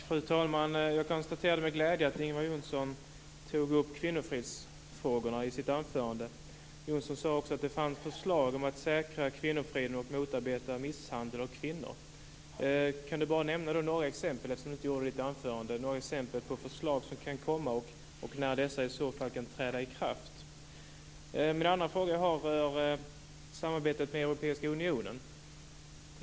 Fru talman! Jag konstaterade med glädje att Ingvar Johnsson tog upp kvinnofridsfrågorna i sitt anförande. Johnsson sade också att det fanns förslag om att säkra kvinnofriden och motarbeta misshandeln av kvinnor. Jag undrar om han kan nämna några exempel, eftersom han inte gjorde det i sitt anförande, på förslag som kan komma. När kan dessa träda i kraft? Min andra fråga rör samarbetet med Europeiska unionen.